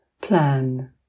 plan